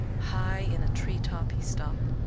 high in a treetop he stopped,